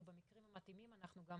ובמקרים המתאימים אנחנו גם